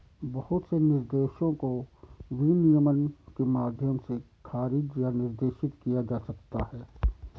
बहुत से निर्देशों को विनियमन के माध्यम से खारिज या निर्देशित किया जा सकता है